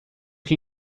que